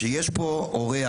כשיש פה אורח,